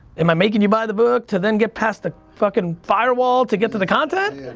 am i making you buy the book to then get past the fucking firewall to get to the content?